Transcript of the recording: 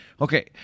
Okay